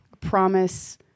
promise